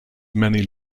many